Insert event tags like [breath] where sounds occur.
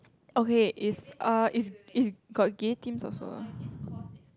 okay it's uh it's it's got gay themes also lah [breath]